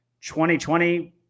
2020